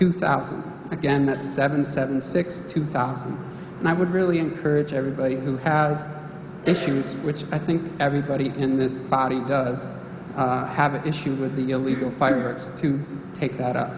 two thousand again that's seven seven six two thousand and i would really encourage everybody who has issues which i think everybody in this body does have an issue with the illegal fireworks to take that u